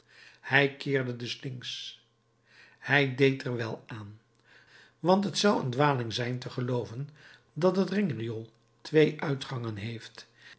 hij keerde dus links hij deed er wel aan want t zou een dwaling zijn te gelooven dat het ringriool twee uitgangen heeft